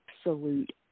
absolute